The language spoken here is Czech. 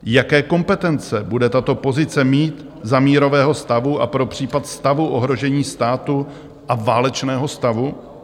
Jaké kompetence bude tato pozice mít za mírového stavu a pro případ stavu ohrožení státu a válečného stavu?